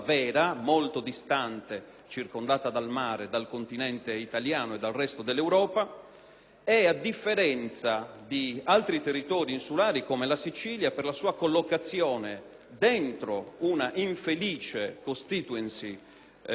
e, a differenza di altri territori insulari, come la Sicilia, per la sua collocazione dentro un'infelice *constituency* elettorale, normalmente non riesce ad esprimere parlamentari europei.